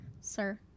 Sir